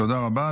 תודה רבה.